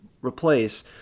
replace